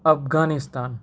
Afghanistan